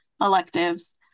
electives